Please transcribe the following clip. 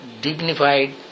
dignified